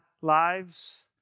lives